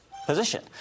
position